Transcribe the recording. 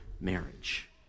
marriage